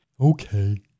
Okay